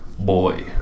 boy